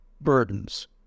burdens